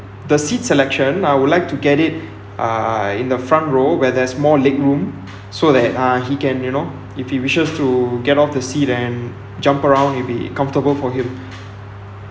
the seat selection I would like to get it uh in the front row where there's more leg room so that uh he can you know if he wishes to get off the seat and jump around it'll be comfortable for him